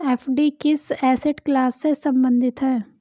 FD किस asset class से संबंधित है?